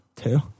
two